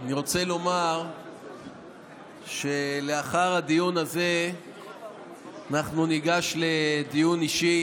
אני רוצה לומר שלאחר הדיון הזה אנחנו ניגש לדיון אישי